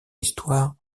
histoire